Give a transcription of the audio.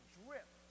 drip